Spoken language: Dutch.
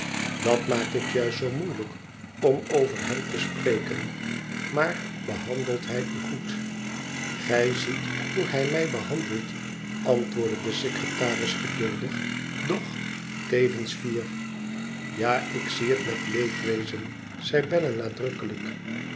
dat maakt het juist zoo moeilijk om over hem te spreken maar behandelt hij u goed gij ziet hoe hij mij behandelt antwoordde de secretaris gedaldig doch tevens fier tja ik zie het met leedwezen zei bella nadrukkelijk